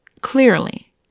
clearly